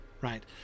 right